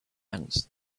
ants